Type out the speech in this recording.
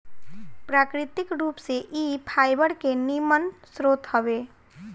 प्राकृतिक रूप से इ फाइबर के निमन स्रोत हवे